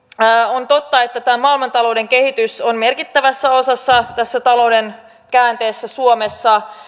on totta että tämä maailmantalouden kehitys on merkittävässä osassa tässä talouden käänteessä suomessa